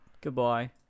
Goodbye